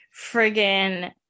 friggin